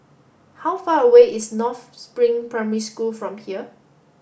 how far away is North Spring Primary School from here